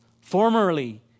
Formerly